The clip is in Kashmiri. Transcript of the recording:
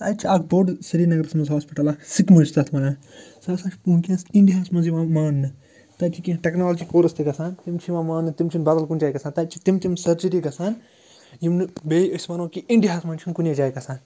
تَتہِ چھِ اَکھ بوٚڈ سرینگرَس منٛز ہاسپِٹَل اَکھ سِکمٕز چھِ تَتھ وَنان سُہ ہَسا چھُ وٕنۍکٮ۪س اِنڈیاہَس منٛز یِوان مانٛنہٕ تَتہِ چھِ کیٚنٛہہ ٹٮ۪کنالجی کورس تہِ گژھان تِم چھِ یِوان مانٛنہٕ تِم چھِنہٕ بَدَل کُنہِ جایہِ گژھان تَتہِ چھِ تِم تِم سٔرجِری گژھان یِم نہٕ بیٚیہِ أسۍ وَنو کہِ اِنڈیاہَس منٛز چھِنہٕ کُنے جایہِ گژھان